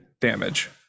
damage